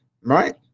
right